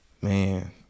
Man